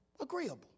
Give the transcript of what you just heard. Agreeable